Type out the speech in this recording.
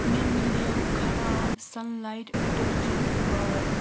مےٚ مِلٮ۪و خراب سنلایٹ ڈِٹٔرجنٛٹ بار